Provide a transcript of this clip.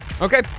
okay